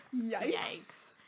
Yikes